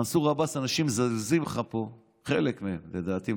מנסור עבאס, אנשים מזלזלים בך פה, חלק מהם, לדעתי.